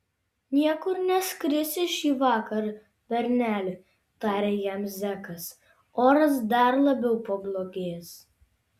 niekur neskrisi šįvakar berneli tarė jam zekas oras dar labiau pablogės